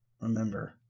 remember